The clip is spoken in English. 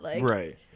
Right